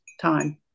time